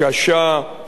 חמורה,